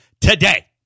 today